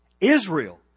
Israel